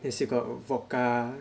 then still got vodka